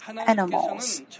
animals